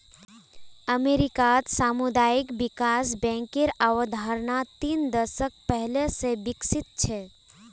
अमेरिकात सामुदायिक विकास बैंकेर अवधारणा तीन दशक पहले स विकसित छ